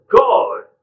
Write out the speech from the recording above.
God